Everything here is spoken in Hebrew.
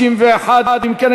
61. אם כן,